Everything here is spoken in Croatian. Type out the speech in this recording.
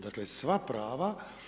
Dakle, sva prava.